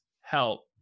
help